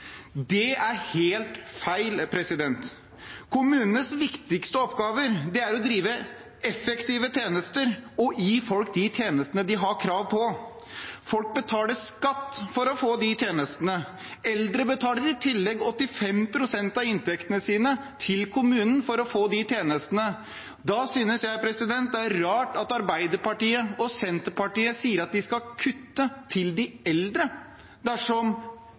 Det er helt feil. Kommunenes viktigste oppgaver er å drive effektive tjenester og gi folk de tjenestene de har krav på. Folk betaler skatt for å få de tjenestene. Eldre betaler i tillegg 85 pst. av inntektene sine til kommunen for å få de tjenestene. Da synes jeg det er rart at Arbeiderpartiet og Senterpartiet sier at de skal kutte til de eldre dersom